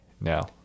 now